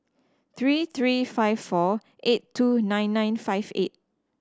three three five four eight two nine nine five eight